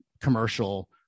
commercial